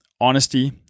honesty